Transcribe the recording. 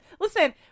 listen